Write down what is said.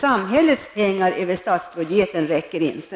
Samhällets pengar över statsbudgeten räcker inte.